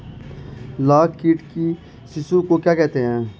लाख कीट के शिशु को क्या कहते हैं?